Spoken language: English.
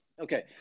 Okay